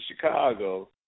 Chicago